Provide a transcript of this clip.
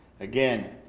Again